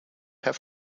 have